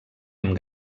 amb